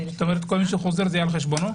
כל מי שחוזר, זה יהיה על חשבונו?